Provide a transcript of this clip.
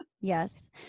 Yes